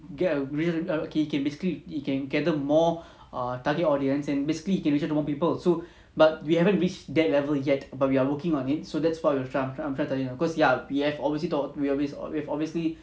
get a real err okay okay basically you can gather more err target audience and basically you can reach out to more people also but we haven't reached that level yet but we are working on it so that's what we are trying I'm trying to tell you lah cause ya we have obviously thought we always we have obviously